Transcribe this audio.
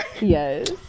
yes